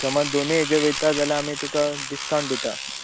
समज दोनी हेजेर वयता जाल्यार आमी तुका डिस्काउंट दिता